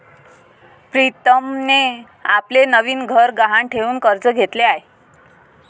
प्रीतमने आपले नवीन घर गहाण ठेवून कर्ज घेतले आहे